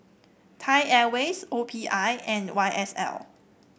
Thai Airways O P I and Y S L